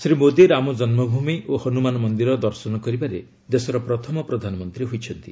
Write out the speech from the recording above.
ଶ୍ରୀ ମୋଦି ରାମଜନ୍ମଭୂମି ଓ ହନୁମାନ ମନ୍ଦିର ଦର୍ଶନ କରିବାରେ ଦେଶର ପ୍ରଥମ ପ୍ରଧାନମନ୍ତ୍ରୀ ହୋଇଛନ୍ତି